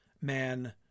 man